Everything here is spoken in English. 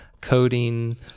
coding